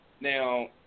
Now